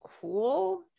cool